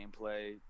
gameplay